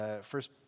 first